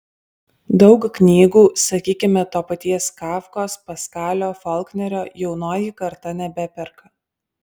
daug knygų sakykime to paties kafkos paskalio folknerio jaunoji karta nebeperka